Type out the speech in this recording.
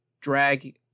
Drag